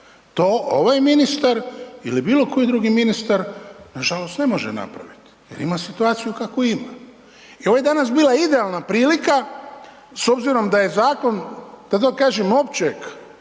To ovaj ministar ili bilo koji drugi ministar nažalost ne može napraviti jer ima situaciju kakvu ima. I ovo je danas bila idealna prilika s obzirom da je zakon da tako kažem općeg